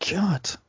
God